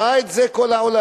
ראה את זה כל העולם,